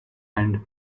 hand